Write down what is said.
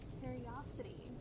curiosity